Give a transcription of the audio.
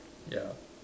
ya